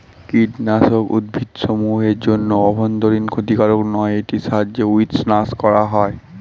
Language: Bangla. কীটনাশক উদ্ভিদসমূহ এর জন্য অভ্যন্তরীন ক্ষতিকারক নয় এটির সাহায্যে উইড্স নাস করা হয়